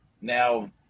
Now